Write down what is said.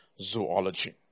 zoology